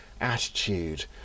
attitude